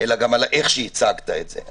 אלא גם על איך שהצגת את זה.